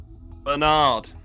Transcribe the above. Bernard